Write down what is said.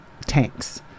tanks